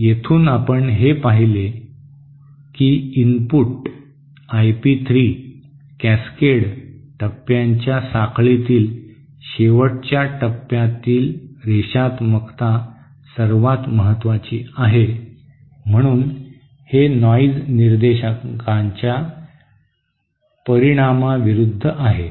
येथून आपण हे पाहिले की इनपुट आय पी 3 कॅसकेड टप्प्यांच्या साखळीतील शेवटच्या टप्प्यातील रेषात्मकता सर्वात महत्वाची आहे म्हणून हे नॉईज निर्देशांकाच्या परिणामाविरूद्ध आहे